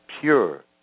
pure